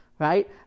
right